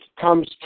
comes